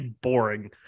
boring